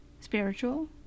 spiritual